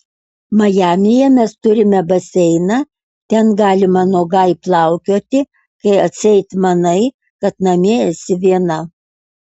majamyje mes turime baseiną ten galima nuogai plaukioti kai atseit manai kad namie esi viena